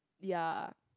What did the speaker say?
ya